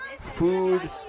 food